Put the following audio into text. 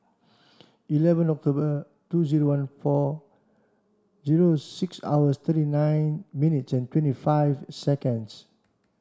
eleven October two zero one four zero six hour thirty nine minutes and twenty five seconds